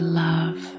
love